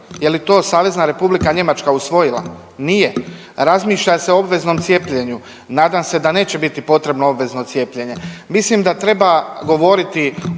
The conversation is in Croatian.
je li to Savezna Republika Njemačka usvojila, nije, razmišlja se o obveznom cijepljenju, nadam se da neće biti potrebno obvezno cijepljenje. Mislim da treba govoriti